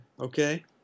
Okay